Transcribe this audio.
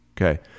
okay